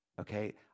Okay